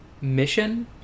mission